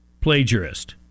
plagiarist